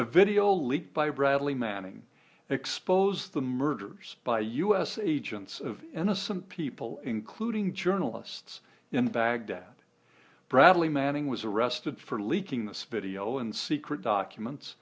a video leaked by bradley manning expose the murders by u s agents of innocent people including journalists in baghdad bradley manning was arrested for leaking this video in secret documents